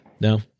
No